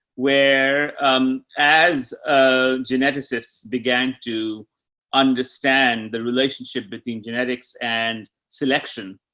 where, um, as, ah, geneticists began to understand the relationship between genetics and selection.